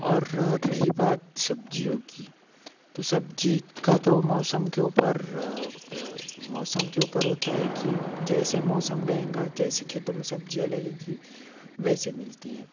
और र रही बात सब्जियों की तो सब्जी का तो मौसम के ऊपर मौसम के ऊपर होता है कि जैसे मौसम रहेगा जैसे खेतों में सब्जियाँ लगेगी वैसे मिलती है